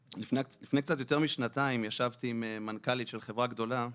לפני קצת יותר משנתיים ישבתי עם מנכ"לית של חברה גדולה במשק,